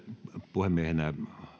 puhemiehenä